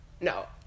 no